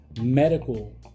medical